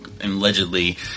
allegedly